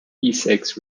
essex